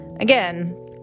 Again